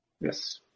Yes